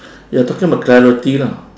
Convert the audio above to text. you're talking about clarity lah